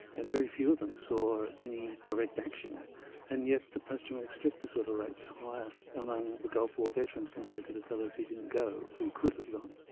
and very few of them saw any direct action and yet the post traumatic stress disorder rate was higher among the gulf war veterans compared to the fellows who didn't go, who could have gone.